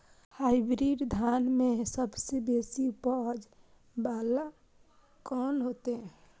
Hybrid धान में सबसे बेसी उपज बाला कोन हेते?